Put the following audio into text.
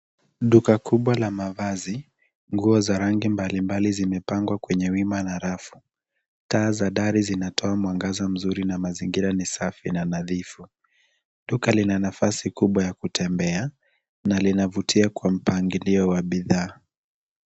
Duka kubwa la mavazi. Nguo za rangi mbalimbali zimepangwa kwenye wima na rafu. Taa za dari zinatoa mwangaza mzuri na mazingira ni safi na nadhifu. Duka lina nafasi kubwa ya kutembea, na linavutia kwa mpangilio wa bidhaa.